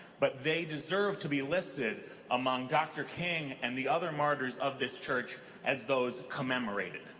but they deserve to be listed among dr. king and the other martyrs of this church, as those commemorated.